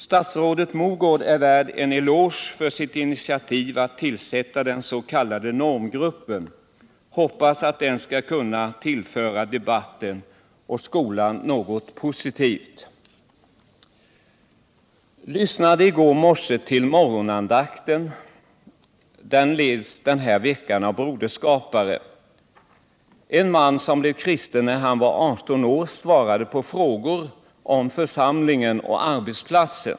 Statsrådet Mogård är värd en eloge för sitt initiativ att tillsätta den s.k. normgruppen. Jag hoppas att den skall kunna tillföra debatten och skolan något positivt. Jag lyssnade i går morse till den tidiga morgonandakten, som den här veckan leds av broderskapare. En man som blev kristen när han var 18 år svarade på frågor om församlingen och arbetsplatsen.